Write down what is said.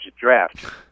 draft